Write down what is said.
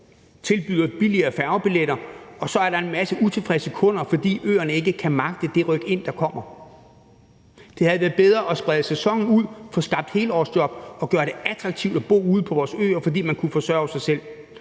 tilbyder billigere færgebilletter, og så er der en masse utilfredse kunder, fordi øerne ikke kan magte det rykind, der kommer. Det havde været bedre at sprede sæsonen ud, få skabt helårsjob og gøre det attraktivt at bo ude på vores øer, fordi man kunne forsørge sig selv.